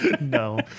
No